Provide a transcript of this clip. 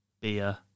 beer